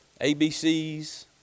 ABCs